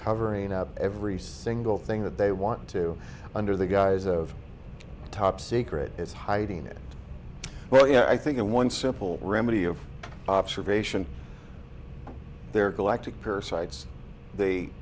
covering up every single thing that they want to under the guise of top secret is hiding it well you know i think in one simple remedy of observation their collective parasites